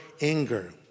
anger